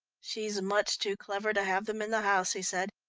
she's much too clever to have them in the house, he said.